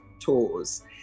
tours